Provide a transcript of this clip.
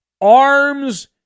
arms